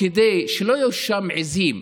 שלא יהיו שם עיזים,